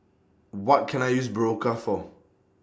What Can I use Berocca For